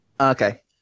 Okay